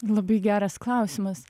labai geras klausimas